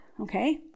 okay